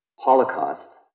holocaust